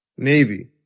navy